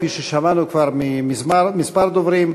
כפי ששמענו כבר מכמה דוברים,